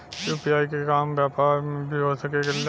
UPI के काम व्यापार में भी हो सके ला?